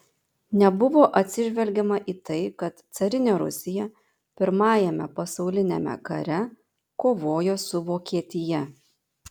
nebuvo atsižvelgiama į tai kad carinė rusija pirmajame pasauliniame kare kovojo su vokietija